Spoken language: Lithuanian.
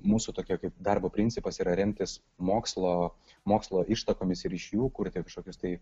mūsų tokia kaip darbo principas yra remtis mokslo mokslo ištakomis ir iš jų kurti kažkokius tai